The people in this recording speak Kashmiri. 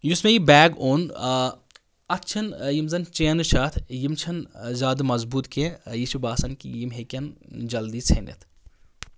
یُس مےٚ یہِ بیگ اوٚن اَتھ چھنہٕ یِم زَن چینہٕ چھِ اَتھ یِم چھنہٕ زیادٕ مضبوط کینٛہہ یہِ چھُ باسان کہِ یِم ہیٚکن جلدی ژھیٚنِتھ